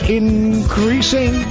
increasing